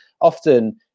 often